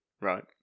right